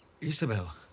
Isabel